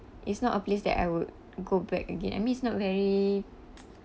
it's not a place that I would go back again I mean it's not very